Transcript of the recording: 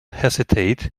hesitate